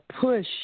push